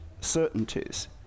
certainties